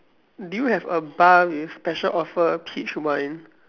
do you have a bar with a special offer peach wine